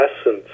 essence